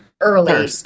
early